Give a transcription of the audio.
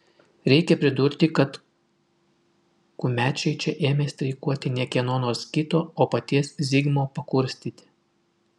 reikia pridurti kad kumečiai čia ėmė streikuoti ne kieno nors kito o paties zigmo pakurstyti